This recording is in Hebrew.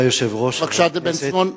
חבר הכנסת בן-סימון,